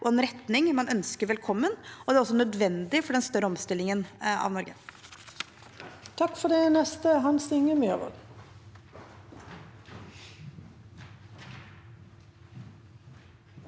og en retning man ønsker velkommen, og det er også nødvendig for den større omstillingen av Norge. Hans Inge Myrvold